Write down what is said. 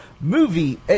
movie